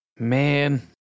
man